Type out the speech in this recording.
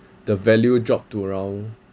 the value drop to around